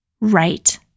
right